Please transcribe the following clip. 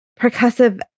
percussive